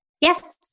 Yes